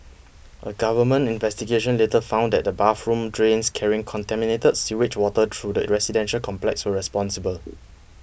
a government investigation later found that the bathroom drains carrying contaminated sewage water through the residential complex were responsible